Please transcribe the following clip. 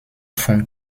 von